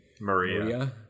Maria